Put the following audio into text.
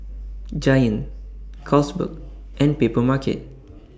Giant Carlsberg and Papermarket